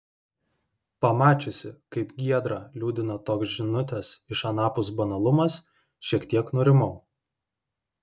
pamačiusi kaip giedrą liūdina toks žinutės iš anapus banalumas šiek tiek nurimau